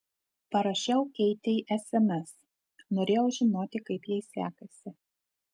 parašiau keitei sms norėjau žinoti kaip jai sekasi